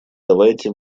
давайте